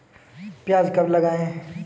प्याज कब लगाएँ?